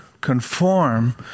conform